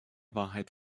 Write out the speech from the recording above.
wahrheit